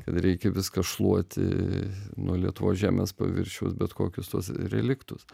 kad reikia viską šluoti nuo lietuvos žemės paviršiaus bet kokius tuos reliktus